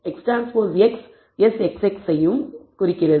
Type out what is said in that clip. XTY SXY யையும் XTX SXX யையும் குறிக்கிறது